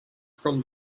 from